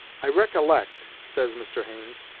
i recollect, says mr. haines,